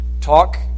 talk